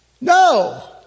No